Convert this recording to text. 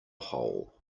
hole